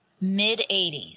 mid-80s